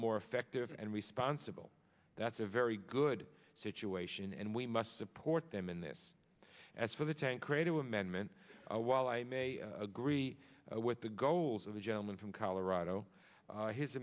more effective and responsible that's a very good situation and we must support them in this as for the ten creative amendment while i may agree with the goals of the gentleman from colorado